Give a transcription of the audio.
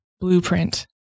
blueprint